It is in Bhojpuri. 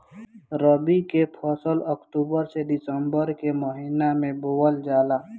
रबी के फसल अक्टूबर से दिसंबर के महिना में बोअल जाला